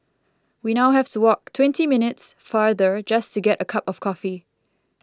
we now have to walk twenty minutes farther just to get a cup of coffee